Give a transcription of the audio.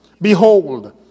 Behold